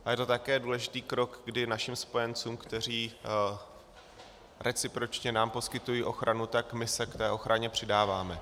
A je to také důležitý krok, kdy našim spojencům, kteří nám recipročně poskytují ochranu, tak my se k té ochraně přidáváme.